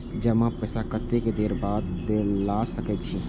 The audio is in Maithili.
जमा पैसा कतेक देर बाद ला सके छी?